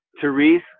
Therese